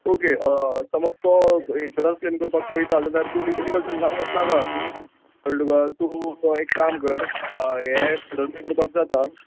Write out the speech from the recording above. okay समज तो insurance claim करपाक पळयता जाल्यार तूं लिगल लावूंक वचनाका कळ्ळें तुका तूं तो एक काम कर हें सडनली करपाक जाता